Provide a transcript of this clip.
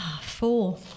Four